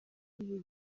ibi